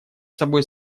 собой